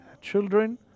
children